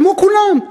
כמו כולם,